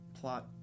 plot